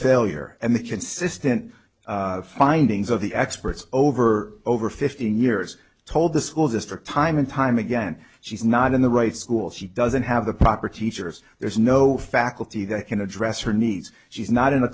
failure and the consistent findings of the experts over over fifteen years told the school district time and time again she's not in the right school she doesn't have the proper teachers there's no faculty that can address her knees she's not in a